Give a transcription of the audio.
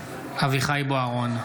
אביחי אברהם בוארון,